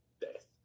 death